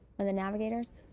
for the navigators?